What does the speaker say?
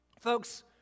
Folks